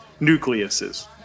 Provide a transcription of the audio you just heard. nucleuses